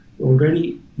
already